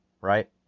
right